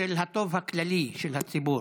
של הטוב הכללי לציבור.